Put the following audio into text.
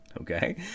Okay